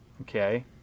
okay